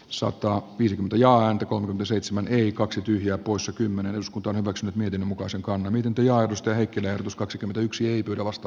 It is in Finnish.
soitto opintojaan kun seitsemän eli kaksi tyhjää poissa kymmenen osku torro vox myytin mukaan se mukaan miten tilaa kaikille jos kaksikymmentäyksi ei tuoda vasta